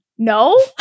No